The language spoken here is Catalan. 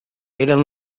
eren